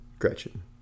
Gretchen